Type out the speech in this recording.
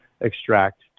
extract